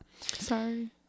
sorry